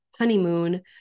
honeymoon